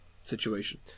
situation